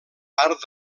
part